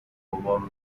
بابام